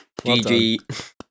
GG